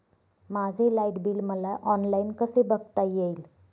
माझे light bill मला online कसे बघता येईल?